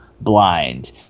blind